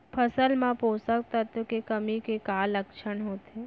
फसल मा पोसक तत्व के कमी के का लक्षण होथे?